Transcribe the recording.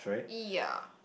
ya